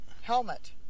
helmet